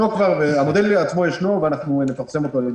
המודל עצמו ישנו ואנחנו נפרסם אותו היום,